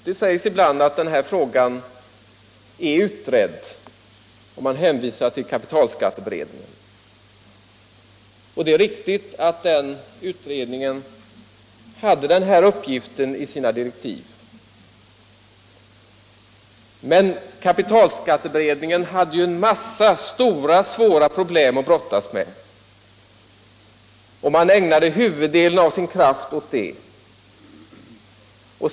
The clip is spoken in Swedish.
Det sägs ibland att den här frågan är utredd, och man hänvisar till kapitalskatteberedningen. Det är riktigt att den utredningen hade den här uppgiften i sina direktiv. Men kapitalskatteberedningen hade en mängd stora, svåra problem att brottas med, och den ägnade huvuddelen av sin kraft åt dem.